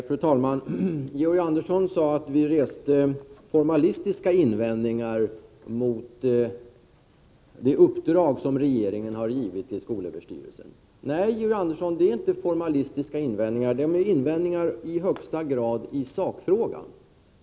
Fru talman! Georg Andersson sade att vi reste formalistiska invändningar mot det uppdrag som regeringen har gett skolöverstyrelsen. Nej, Georg Andersson, det är inte formalistiska invändningar, utan det är i högsta grad invändningar i sakfrågan.